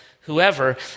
whoever